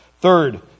third